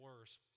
worse